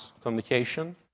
communication